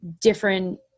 different